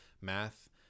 math